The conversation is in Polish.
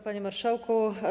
Panie Marszałku!